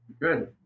good